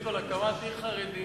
החליטו על הקמת עיר חרדית